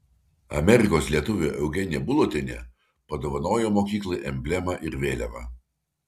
amerikos lietuvė eugenija bulotienė padovanojo mokyklai emblemą ir vėliavą